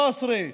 נצרת,